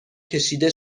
کشیده